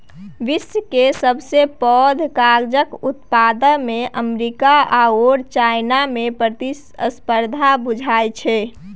विश्व केर सबसे पैघ कागजक उत्पादकमे अमेरिका आओर चाइनामे प्रतिस्पर्धा बुझाइ छै